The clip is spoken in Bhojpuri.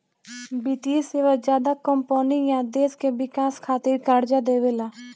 वित्तीय सेवा ज्यादा कम्पनी आ देश के विकास खातिर कर्जा देवेला